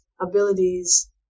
abilities